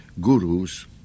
gurus